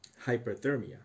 hyperthermia